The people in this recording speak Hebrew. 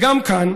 וגם כאן